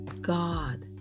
God